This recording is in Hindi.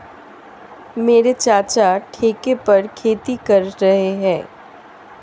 मेरे चाचा ठेके पर खेती कर रहे हैं